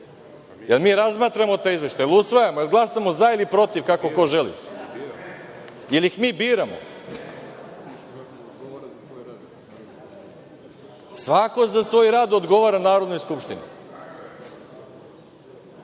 Jel mi razmatramo taj izveštaj? Jel usvajamo, glasamo za ili protiv, kako ko želi? Jel ih mi biramo? Svako za svoj rad odgovara Narodnoj skupštini. Znači,